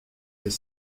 les